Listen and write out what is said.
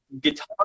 guitar